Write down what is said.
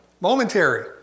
momentary